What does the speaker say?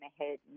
ahead